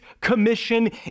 Commission